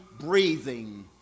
breathing